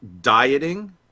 dieting